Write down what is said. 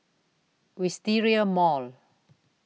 Wisteria Mall